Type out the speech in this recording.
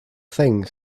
thing